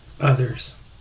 others